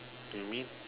you mean